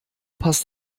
passt